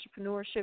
entrepreneurship